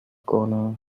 gonna